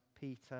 Peter